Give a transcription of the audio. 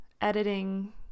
editing